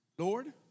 Lord